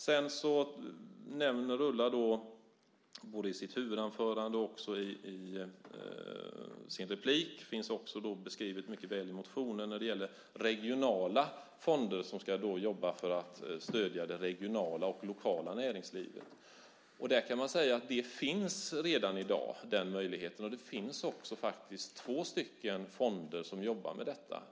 Ulla nämnde både i sitt huvudanförande och i sin replik, och det finns också beskrivet mycket väl i motionen, regionala fonder som ska jobba för att stödja det regionala och lokala näringslivet. Där kan man säga att den möjligheten redan finns i dag. Det finns också två fonder som jobbar med detta.